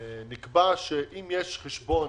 נקבע שאם יש חשבון